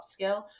upskill